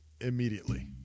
immediately